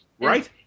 Right